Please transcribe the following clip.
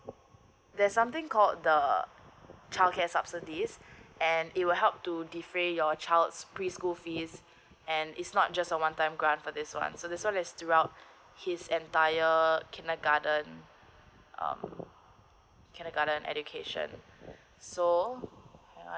okay there's something called the childcare subsidies and it will help to defray your child's preschool fees and is not just a one time grant for this one so this one is throughout his entire kindergarten um um kindergarten education so